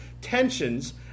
tensions